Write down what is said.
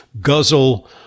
guzzle